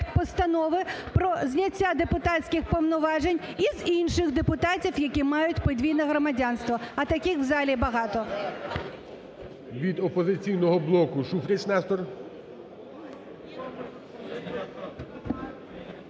постанови про зняття депутатських повноважень і з інших депутатів, які мають подвійне громадянство, а таких в залі багато.